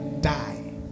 die